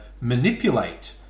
manipulate